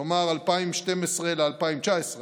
כלומר בין 2012 ל-2019,